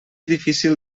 difícil